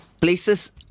Places